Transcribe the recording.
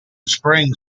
spring